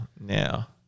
now